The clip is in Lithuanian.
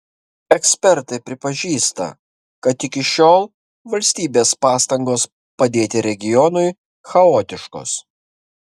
ekspertai pripažįsta kad iki šiol valstybės pastangos padėti regionui chaotiškos